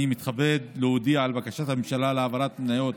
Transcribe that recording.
אני מתכבד להודיע על בקשת הממשלה להעברת מניות